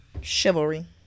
Chivalry